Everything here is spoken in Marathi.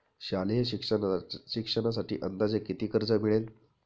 शालेय शिक्षणासाठी अंदाजे किती कर्ज मिळेल?